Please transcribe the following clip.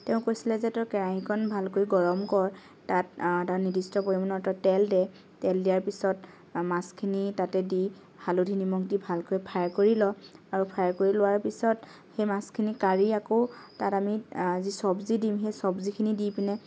তেওঁ কৈছিলে যে তই কেৰাহীখন ভালকৈ গৰম কৰ তাত তাত নিৰ্দিষ্ট পৰিমাণৰ তই তেল দে তেল দিয়াৰ পিছত মাছখিনি তাতে দি হালধি নিমখ দি ভালকৈ ফ্ৰাই কৰি ল আৰু ফ্ৰাই কৰি লোৱাৰ পিছত সেই মাছখিনি কাঢ়ি আকৌ তাত আমি যি চব্জি দিম সেই চব্জিখিনি দি পিনে